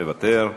מוותר.